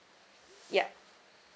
yup